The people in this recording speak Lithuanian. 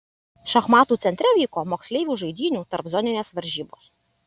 šachmatų centre vyko moksleivių žaidynių tarpzoninės varžybos